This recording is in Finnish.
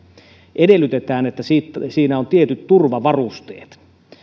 edellytetään että siinä on tietyt turvavarusteet